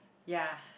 ya